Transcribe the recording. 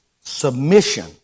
submission